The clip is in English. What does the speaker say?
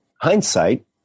hindsight